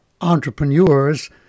entrepreneurs